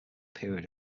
period